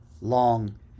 long